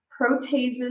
proteases